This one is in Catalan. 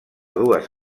dues